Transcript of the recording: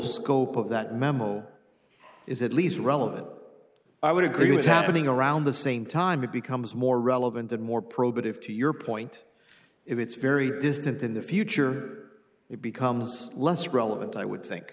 scope of that memo is at least relevant i would agree was happening around the same time it becomes more relevant and more probative to your point if it's very distant in the future it becomes less relevant i would think